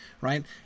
right